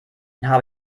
habe